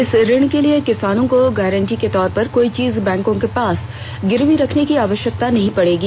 इस ऋण के लिए किसानों को गारंटी के तौर पर कोई चीज बैंकों के पास गिरवी रखने की आवश्यकता नहीं पड़ेगी